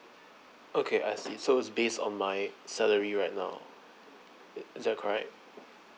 okay I see so is based on my salary right now is that correct